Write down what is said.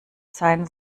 sein